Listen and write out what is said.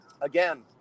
again